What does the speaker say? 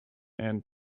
and